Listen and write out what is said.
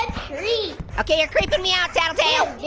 and treat. okay, you're creepin' me out, tattletail.